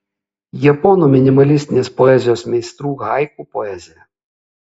japonų minimalistinės poezijos meistrų haiku poezija